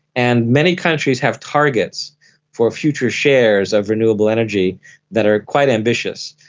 and many countries have targets for future shares of renewable energy that are quite ambitious.